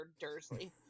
Dursley